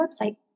website